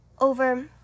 over